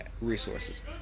resources